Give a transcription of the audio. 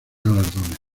galardones